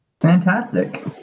Fantastic